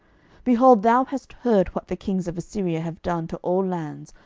behold, thou hast heard what the kings of assyria have done to all lands,